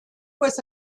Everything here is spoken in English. was